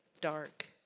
dark